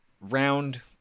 round